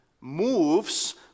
moves